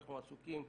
אנחנו עסוקים.